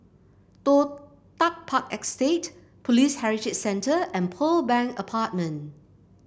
Toh Tuck Park Estate Police Heritage Centre and Pearl Bank Apartment